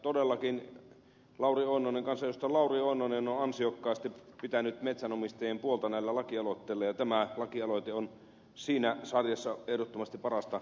todellakin kansanedustaja lauri oinonen on ansiokkaasti pitänyt metsänomistajien puolta näillä lakialoitteilla ja tämä lakialoite on siinä sarjassa ehdottomasti parasta ykkösluokkaa